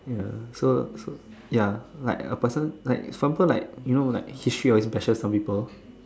ya so so ya like a person like example like you know like history only matches some people